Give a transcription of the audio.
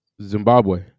Zimbabwe